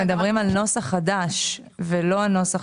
אנחנו מדברים על נוסח חדש ולא על נוסח